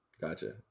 Gotcha